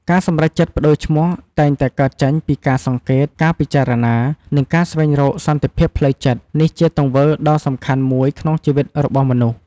ការសម្រេចចិត្តប្ដូរឈ្មោះតែងតែកើតចេញពីការសង្កេត ការពិចារណា និងការស្វែងរកសន្តិភាពផ្លូវចិត្ត។ នេះជាទង្វើដ៏សំខាន់មួយក្នុងជីវិតរបស់មនុស្ស។